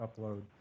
upload